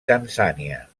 tanzània